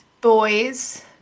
boys